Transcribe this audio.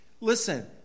Listen